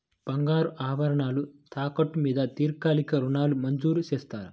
బంగారు ఆభరణాలు తాకట్టు మీద దీర్ఘకాలిక ఋణాలు మంజూరు చేస్తారా?